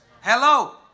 Hello